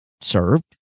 served